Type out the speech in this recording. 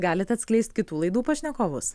galit atskleist kitų laidų pašnekovus